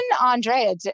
Andrea